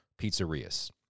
pizzerias